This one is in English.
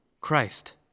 Christ